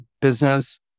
business